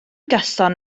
gyson